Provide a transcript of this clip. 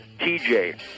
TJ